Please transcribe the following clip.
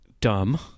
dumb